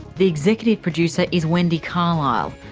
the executive producer is wendy carlisle.